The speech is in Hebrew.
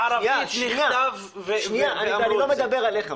בערבית נכתב --- אני לא מדבר עליך,